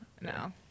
no